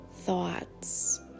thoughts